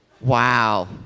Wow